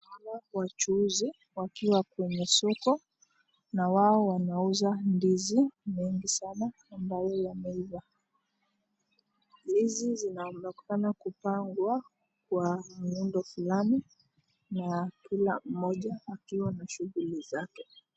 Hawa ni wachuuzi wakiwa kwenye soko na wao wanauza ndizi mingi sana ambayo yameiva. Ndizi zinaonekana kupangwa kwa muundo fulani na kila mmoja akiwa na shughuli zake.